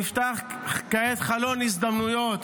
נפתח כעת חלון הזדמנויות.